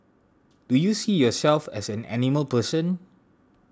do you see yourself as an animal person